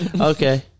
Okay